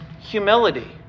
humility